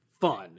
fun